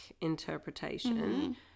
interpretation